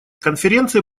конференции